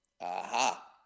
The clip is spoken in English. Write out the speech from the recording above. Aha